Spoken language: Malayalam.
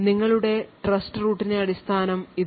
നിങ്ങളുടെ ട്രസ്റ് റൂട്ട് ന്റെ അടിസ്ഥാനം ഇതാണ്